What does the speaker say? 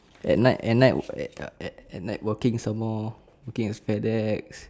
at night at night at at at at night working some more working with Fedex